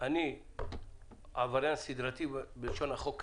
אני עבריין סדרתי לפי לשון החוק הזה,